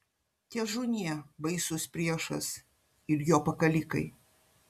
težūnie baisus priešas ir jo pakalikai